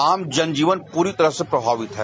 अम जन जीवन पूरी तरह से प्रभावित है